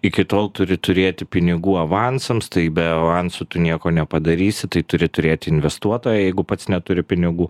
iki tol turi turėti pinigų avansams tai be avansų tu nieko nepadarysi tai turi turėt investuotoją jeigu pats neturi pinigų